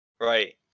right